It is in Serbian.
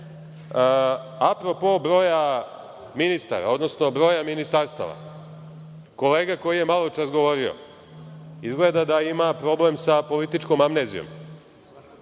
EU.Apropo broja ministara, odnosno broja ministarstava, kolega koji je maločas govorio izgleda da ima problem sa političkom amnezijom.